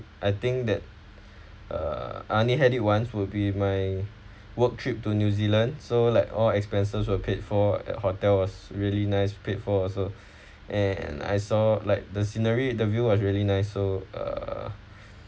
I think that uh I only had it ones would be my work trip to new zealand so like all expenses will paid for hotel was really nice paid for also and I saw like the scenery the view was really nice so uh